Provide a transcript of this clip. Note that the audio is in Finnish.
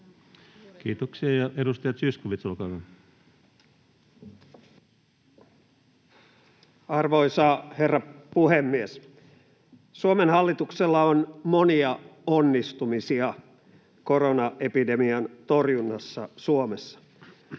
Kiitoksia. — Ja edustaja Zyskowicz, olkaa hyvä. Arvoisa herra puhemies! Suomen hallituksella on monia onnistumisia koronaepidemian torjunnassa Suomessa,